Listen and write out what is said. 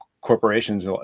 corporations